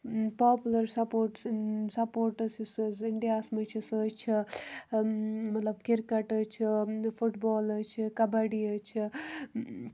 popular sports sports یُس حظ اِنڈیاہَس منٛز چھِ سُہ حظ چھِ مطلب کِرکَٹ حظ چھِ فُٹ بال حظ چھِ کَبَڈی حظ چھِ